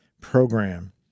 program